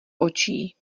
očí